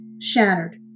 shattered